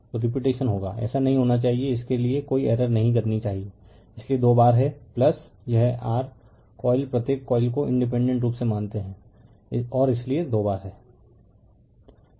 तो रिपीटेशन होगा ऐसा नहीं होना चाहिए इसके लिए कोई एरर नहीं करनी चाहिए इसलिए दो बार है यह r कॉइल प्रत्येक कॉइल को इंडिपेंडेंट रूप से मानते हैं और इसलिए दो बार है